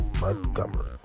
Montgomery